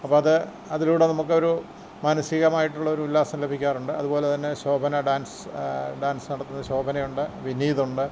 അപ്പോള് അത് അതിലൂടെ നമുക്കൊരു മനസികമായിട്ടുള്ളൊരു ഉല്ലാസം ലഭിക്കാറുണ്ട് അതുപോലെ തന്നെ ശോഭന ഡാൻസ് ഡാൻസ് നടത്തുന്ന ശോഭനയുണ്ട് വിനീതുണ്ട്